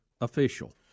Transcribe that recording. official